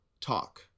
talk